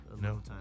No